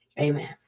Amen